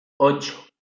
ocho